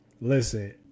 Listen